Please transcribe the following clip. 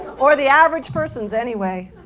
or the average person's, anyway.